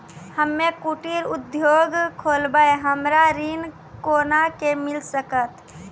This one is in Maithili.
हम्मे कुटीर उद्योग खोलबै हमरा ऋण कोना के मिल सकत?